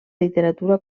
literatura